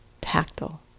tactile